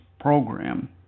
program